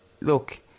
look